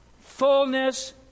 fullness